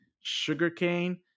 sugarcane